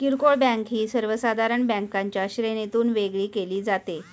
किरकोळ बँक ही सर्वसाधारण बँकांच्या श्रेणीतून वेगळी केली जाते